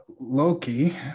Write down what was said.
Loki